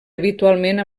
habitualment